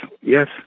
yes